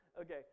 Okay